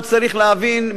הוא צריך להבין,